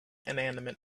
inanimate